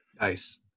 Nice